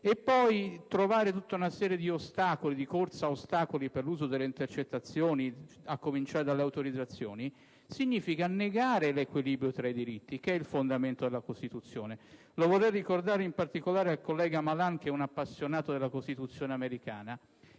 previsione di tutta una serie di ostacoli per l'uso delle intercettazioni, a cominciare dalle autorizzazioni, significa negare l'equilibrio tra i diritti, che è il fondamento della Costituzione. Lo vorrei ricordare, in particolare, al collega Malan, che è un appassionato della Costituzione americana;